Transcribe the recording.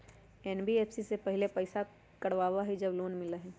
NBFC पहले पईसा जमा करवहई जब लोन मिलहई?